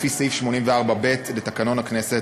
לפי סעיף 84(ב) לתקנון הכנסת,